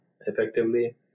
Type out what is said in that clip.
effectively